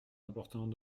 important